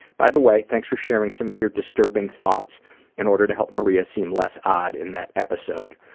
by the way, thanks for sharing some of your disturbing thoughts in order to help maria seem less odd in that episode.